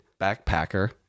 backpacker